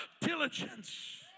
diligence